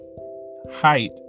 height